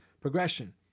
progression